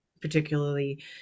particularly